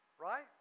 right